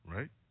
Right